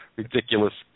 ridiculous